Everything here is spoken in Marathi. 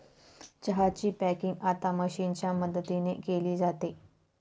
चहा ची पॅकिंग आता मशीनच्या मदतीने केली जाते